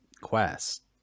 Quest